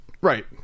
Right